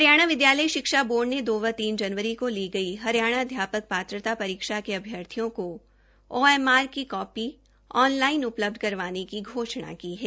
हरियाणा विद्यालय ने दो व तीन जनवरी को ली गई हरियाणा अध्यापक पात्रता परीक्षा के अभ्यार्थियों को ओएमआर की कॉपी ऑन लाइन उपलब्ध करवाने की घोषणा की है